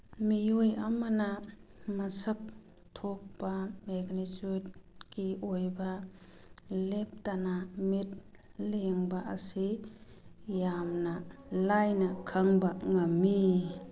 ꯃꯤꯑꯣꯏ ꯑꯃꯅ ꯃꯁꯛ ꯊꯣꯛꯄ ꯃꯦꯛꯅꯤꯆꯨꯠꯀꯤ ꯑꯣꯏꯕ ꯂꯦꯞꯇꯅ ꯃꯤꯠ ꯂꯦꯡꯕ ꯑꯁꯤ ꯌꯥꯝꯅ ꯂꯥꯏꯅ ꯈꯪꯕ ꯉꯝꯃꯤ